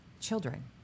children